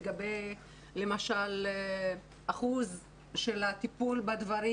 לגבי למשל אחוז של הטיפול בדברים,